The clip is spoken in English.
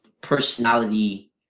personality